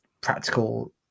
practical